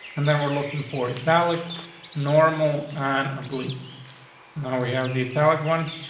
and then we're looking for italic normal on a bleak no, we have the italic one.